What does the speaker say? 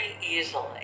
easily